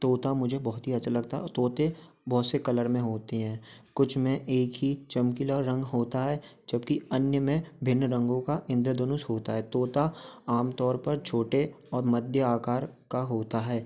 तोता मुझे बहुत ही अच्छा लगता है और तोते बहोत से कलर में होते हैं कुछ में एक ही चमकीला रंग होता है जब कि अन्य में भिन्न रंगो का इंद्रधनुष होता है तोता आम तौर पर छोटे और मध्य आकार का होता है